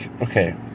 okay